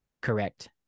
correct